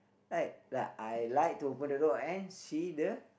right I like to open the door and see the